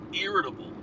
irritable